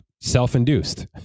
self-induced